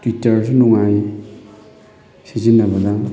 ꯇ꯭ꯋꯤꯇꯔꯁꯨ ꯅꯨꯡꯉꯥꯏ ꯁꯤꯖꯤꯟꯅꯕꯗ